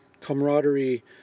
camaraderie